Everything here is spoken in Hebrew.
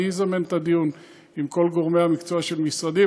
אני אזמן את הדיון עם כל גורמי המקצוע של משרדי,